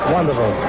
Wonderful